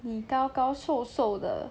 你高高瘦瘦的